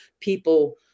people